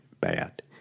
bad